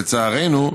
לצערנו,